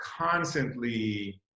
constantly